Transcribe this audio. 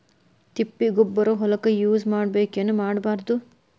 ತಿಪ್ಪಿಗೊಬ್ಬರ ಹೊಲಕ ಯೂಸ್ ಮಾಡಬೇಕೆನ್ ಮಾಡಬಾರದು?